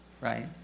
right